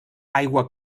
aigua